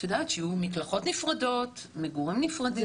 את יודעת שיהיו מקלחות נפרדות, מגורים נפרדים.